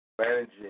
managing